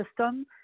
system